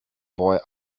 boy